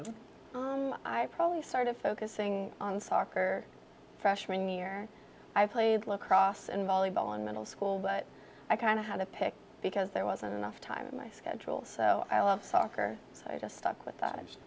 than i probably started focusing on soccer freshman year i played lacrosse and volleyball in middle school but i kind of had to pick because there wasn't enough time my schedule so i love soccer so i just stuck with that it